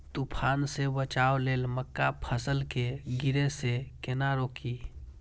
तुफान से बचाव लेल मक्का फसल के गिरे से केना रोकी?